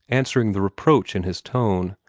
answering the reproach in his tone.